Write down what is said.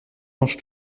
mange